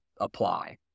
apply